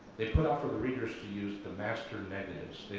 they put out for the readers to use the master negatives,